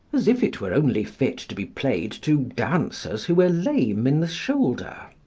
as if it were only fit to be played to dancers who were lame in the shoulder.